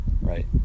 Right